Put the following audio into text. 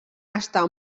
està